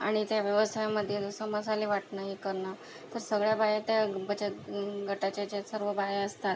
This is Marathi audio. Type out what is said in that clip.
आणि त्या व्यवस्थांमध्ये जसं मसाले वाटणं हे करणं तर सगळ्या बाया त्या बचतगटाच्या ज्या सर्व बाया असतात